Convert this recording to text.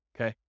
Okay